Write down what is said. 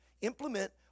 implement